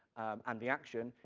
and the action,